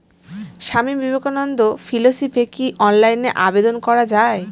স্বামী বিবেকানন্দ ফেলোশিপে কি অনলাইনে আবেদন করা য়ায়?